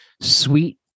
sweet